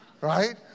Right